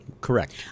correct